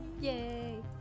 Yay